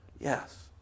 Yes